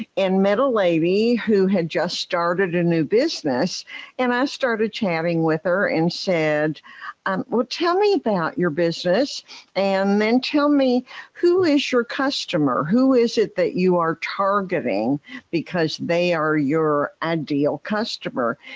and met a lady who had just started a new business and i started chatting with her and said um well, tell me about your business and then tell me who is your customer? who is it that you are targeting because they are your ideal customer.